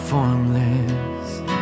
Formless